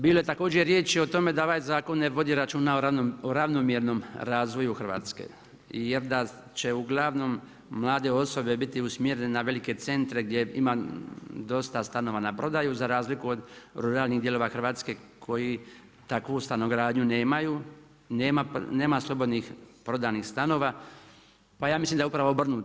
Bilo je također riječi o tome da ovaj zakon ne vodi računa o ravnomjernom razvoju Hrvatske, jer da će uglavnom mlade osobe biti usmjerene na velike centre gdje ima dosta stanova na prodaju, za razliku od ruralnih dijelova Hrvatske koji takvu stanogradnju nemaju, nema slobodnih prodanih stanova, pa ja mislim da je upravo obrnuto.